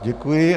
Děkuji.